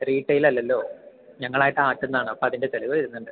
retail അല്ലല്ലൊ ഞങ്ങൾ ആയിട്ട് ആട്ടുന്ന ആണ് അപ്പം അതിൻ്റ ചിലവ് വരുന്നുണ്ട്